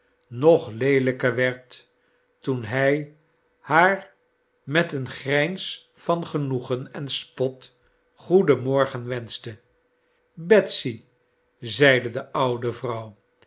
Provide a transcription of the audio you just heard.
nog leelijker werd toen hij haar met een grijns van genoegen en spot goeden morgen wenschte betsy zeide de oude vrouw